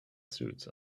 suits